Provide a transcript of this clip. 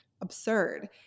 absurd